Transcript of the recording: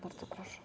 Bardzo proszę.